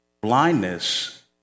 Blindness